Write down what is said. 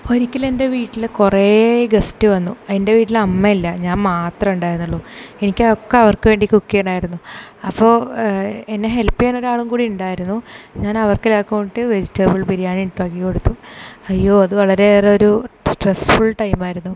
ഒരിക്കലെൻ്റെ വീട്ടിൽ കുറെ ഗസ്റ്റ് വന്നു എൻ്റെ വീട്ടിൽ അമ്മയില്ല ഞാൻ മാത്രമേ ഉണ്ടായിരുന്നുള്ളു എനിക്ക് അത് ഒക്കെ അവർക്ക് വേണ്ടി കുക്ക് ചെയ്യണമായിരുന്നു അപ്പോൾ എന്നെ ഹെല്പ് ചെയ്യാൻ ഒരാളും കൂടി ഉണ്ടായിരുന്നു ഞാൻ അവർക്കെല്ലാവർക്കും കൂടിയിട്ട് വെജിറ്റബിൾ ബിരിയാണി ഉണ്ടാക്കികൊടുത്തു അയ്യോ അത് വളരെ ഏറെ ഒരു സ്ട്രെസ്സ്ഫുൾ ടൈം ആയിരുന്നു